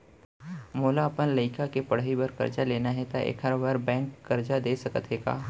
मोला अपन लइका के पढ़ई बर करजा लेना हे, त एखर बार बैंक करजा दे सकत हे का?